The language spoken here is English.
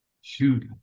Shoot